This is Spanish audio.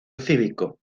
cívico